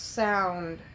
sound